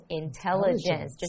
intelligence